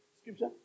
scripture